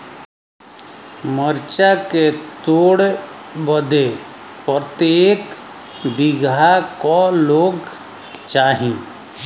मरचा के तोड़ बदे प्रत्येक बिगहा क लोग चाहिए?